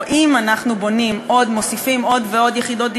או אם אנחנו מוסיפים עוד ועוד יחידות דיור,